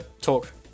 talk